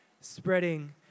spreading